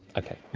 okay.